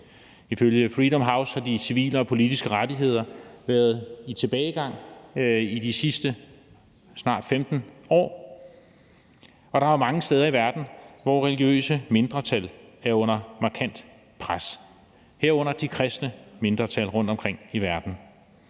Ifølge Freedom House har de civile og politiske rettigheder været i tilbagegang i de sidste snart 15 år, og der er jo mange steder i verden, hvor religiøse mindretal er under markant pres, herunder de kristne mindretal rundtomkring i verden.